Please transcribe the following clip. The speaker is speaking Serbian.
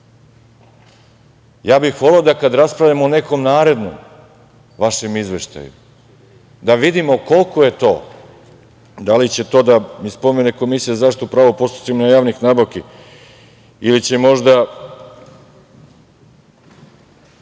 bih voleo da kada raspravljamo o nekom narednom vašem izveštaju da vidimo koliko je to, da li će to da spomene Komisija za zaštitu prava u postupcima javnih nabavki ili će možda